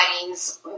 weddings